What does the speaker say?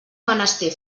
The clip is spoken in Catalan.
menester